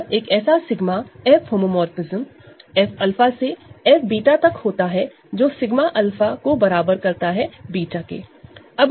अतः एक ऐसा सिग्मा F होमोमोरफ़िज्म F𝛂 से Fβ तक होता है जिसके लिए 𝜎𝛂 β है